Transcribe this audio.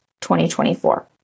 2024